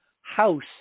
house